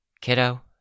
Kiddo